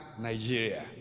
Nigeria